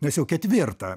nes jau ketvirtą